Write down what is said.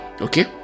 okay